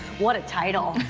what a title.